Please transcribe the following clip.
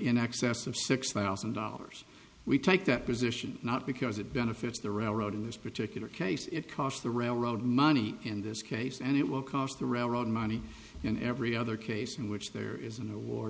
in excess of six thousand dollars we take that position not because it benefits the railroad in this particular case it cost the railroad money in this case and it will cost the railroad money in every other case in which there is an awar